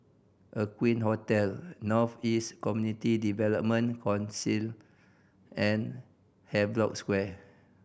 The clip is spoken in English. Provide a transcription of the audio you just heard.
Aqueen Hotel North East Community Development Council and Havelock Square